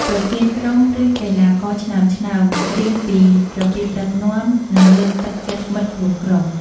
ប្រធានក្រុម ឬកីឡាករឆ្នើមៗ រៀនពីរបៀបដឹកនាំ និងលើកទឹកចិត្តមិត្តរួមក្រុម។